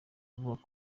kuvuga